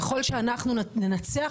ככל שאנחנו ננצח,